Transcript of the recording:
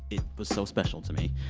it was so special to me.